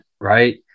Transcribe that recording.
Right